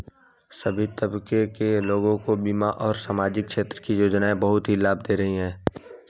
सभी तबके के लोगों को बीमा और सामाजिक क्षेत्र की योजनाएं बहुत ही लाभ दे रही हैं